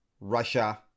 Russia